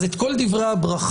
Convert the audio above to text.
אז את כל דברי הברכה,